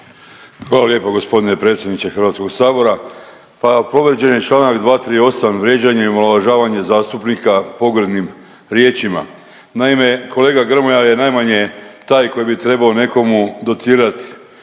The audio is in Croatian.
Hvala lijepo g. predsjedniče HS-a. Pa povrijeđen je čl. 238. vrijeđanje i omalovažavanje zastupnika pogrdnim riječima. Naime, kolega Grmoja je najmanje taj koji bi trebao nekomu docirati,